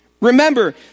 Remember